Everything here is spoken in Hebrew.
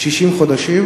60 חודשים,